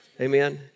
Amen